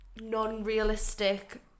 non-realistic